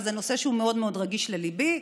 אבל זה נושא שהוא מאוד מאוד רגיש לליבי,